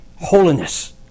holiness